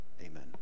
amen